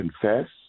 confess